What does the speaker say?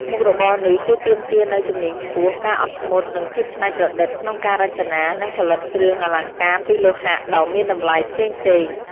មុខរបរនេះ គឺទាមទារនូវ ជំនាញខ្ពស់ ការអត់ធ្មត់ និងភាពច្នៃប្រឌិត ក្នុងការរចនា និងផលិតគ្រឿងអលង្ការពីលោហៈដ៏មានតម្លៃផ្សេងៗ។